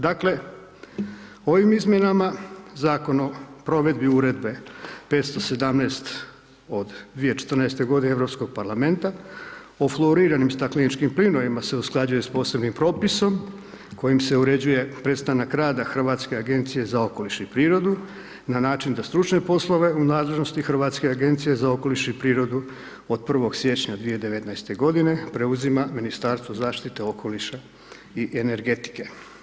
Dakle, ovim izmjenama Zakon o provedbi Uredbe 517. od 2014. godine Europskog parlamenta o floriranim stakleničkim plinovima se usklađuje s posebnim propisom, kojim se uređuje prestanak rada Hrvatske agencije za okoliš i prirodu na način da stručne poslove u nadležnosti Hrvatske agencije za okoliš i prirodu od 01. siječnja 2019. godine preuzima Ministarstvo zaštite okoliša i energetike.